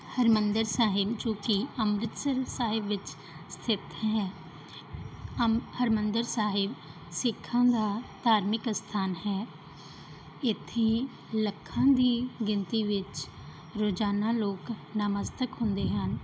ਹਰਿਮੰਦਰ ਸਾਹਿਬ ਜੋ ਕਿ ਅੰਮ੍ਰਿਤਸਰ ਸਾਹਿਬ ਵਿੱਚ ਸਥਿਤ ਹੈ ਅੰਮ ਹਰਿਮੰਦਰ ਸਾਹਿਬ ਸਿੱਖਾਂ ਦਾ ਧਾਰਮਿਕ ਅਸਥਾਨ ਹੈ ਇੱਥੇ ਲੱਖਾਂ ਦੀ ਗਿਣਤੀ ਵਿੱਚ ਰੋਜ਼ਾਨਾ ਲੋਕ ਨਮਸਤਕ ਹੁੰਦੇ ਹਨ